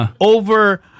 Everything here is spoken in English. over